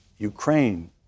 Ukraine